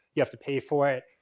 you have to pay for it.